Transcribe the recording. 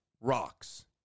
rocks